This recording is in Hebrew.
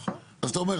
אז אתה אומר,